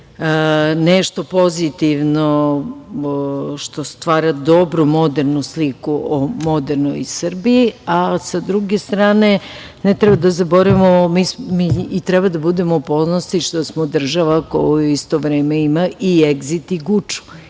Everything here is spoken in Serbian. nešto pozitivno što stvara dobru, modernu sliku o modernoj Srbiji.S druge strane, ne treba da zaboravimo, mi i treba da budemo ponosni što smo država koja u isto vreme ima i „Egzit“ i „Guču“